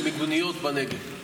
למיגוניות בנגב,